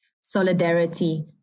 solidarity